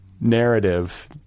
narrative